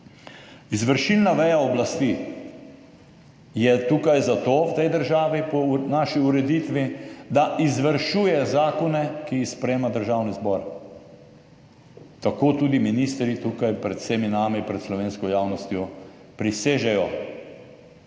Izvršilna veja oblasti je tukaj zato v tej državi po naši ureditvi, da izvršuje zakone, ki jih sprejema Državni zbor, tako tudi ministri tukaj pred vsemi nami, pred slovensko javnostjo prisežejo,